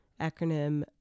Acronym